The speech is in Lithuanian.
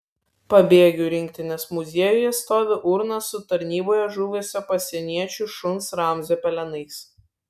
pabėgių rinktinės muziejuje stovi urna su tarnyboje žuvusio pasieniečių šuns ramzio pelenais